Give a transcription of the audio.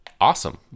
Awesome